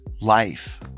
life